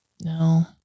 No